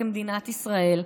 כמדינת ישראל,